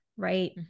right